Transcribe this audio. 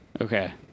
Okay